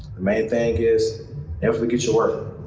main thing is never forget your worth.